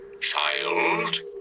Child